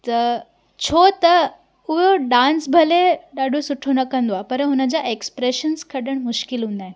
त छो त उहो डांस भले ॾाढो सुठो न कंदो आहे पर हुन जा एक्सप्रेशन कढणु मुश्किल हूंदा आहिनि